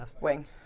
Wing